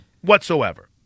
whatsoever